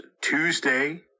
tuesday